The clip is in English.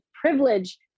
privilege